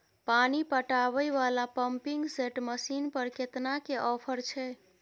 पानी पटावय वाला पंपिंग सेट मसीन पर केतना के ऑफर छैय?